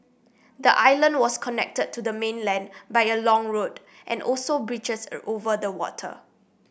the island was connected to the mainland by a long road and also bridges over the water